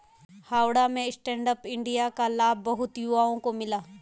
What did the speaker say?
हावड़ा में stand up India का लाभ बहुत युवाओं को मिला